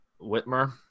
Whitmer